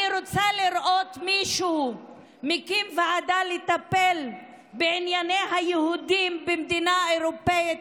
אני רוצה לראות מישהו מקים ועדה לטפל בענייני היהודים במדינה אירופית,